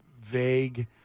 vague